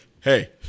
hey